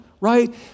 right